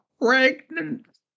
pregnant